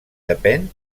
depèn